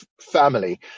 family